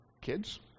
kids